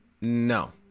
No